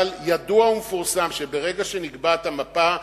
אבל ידוע ומפורסם שברגע שנקבעת המפה,